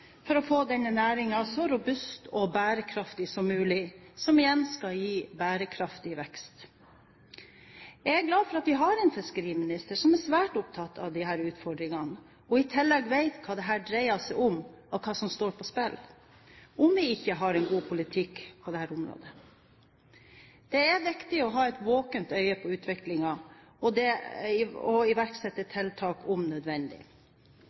å få denne næringen så robust og bærekraftig som mulig, som igjen skal gi bærekraftig vekst. Jeg er glad for at vi har en fiskeriminister som er svært opptatt av disse utfordringene, som i tillegg vet hva dette dreier seg om og hva som står på spill om vi ikke har en god politikk på dette området. Det er viktig å ha et våkent øye på utviklingen, og at det iverksettes tiltak om nødvendig.